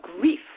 grief